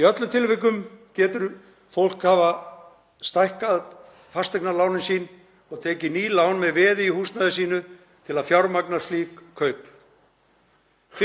Í öllum tilvikum getur fólk hafa stækkað fasteignalánin sín eða tekið ný lán með veði í húsnæði sínu til að fjármagna slík kaup.